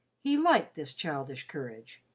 he liked this childish courage.